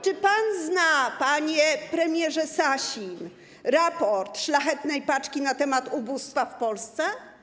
Czy pan zna, panie premierze Sasin, raport Szlachetnej Paczki na temat ubóstwa w Polsce?